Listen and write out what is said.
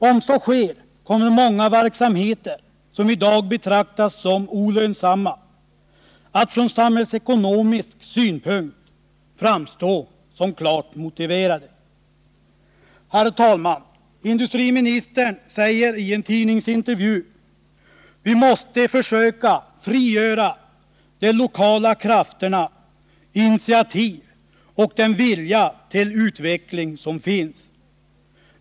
Om så sker kommer många verksamheter som i dag betraktas som olönsamma att framstå som klart motiverade. Herr talman! Industriministern säger i en tidningsintervju: Vi måste försöka frigöra de lokala krafterna, initiativ och den vilja till utveckling som finns.